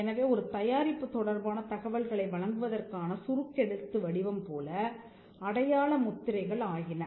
எனவே ஒரு தயாரிப்பு தொடர்பான தகவல்களை வழங்குவதற்கான சுருக்கெழுத்து வடிவம் போல அடையாள முத்திரைகள் ஆகின